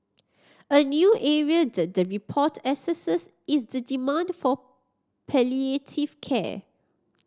a new area that the report assesses is the demand for palliative care